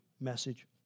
message